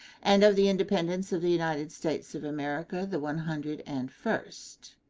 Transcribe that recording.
and of the independence of the united states of america the one hundred and first.